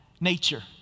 nature